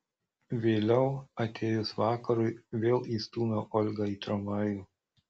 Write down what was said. vėliau atėjus vakarui vėl įstūmiau olgą į tramvajų